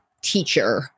teacher